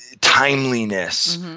timeliness